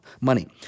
money